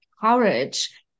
courage